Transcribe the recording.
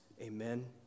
Amen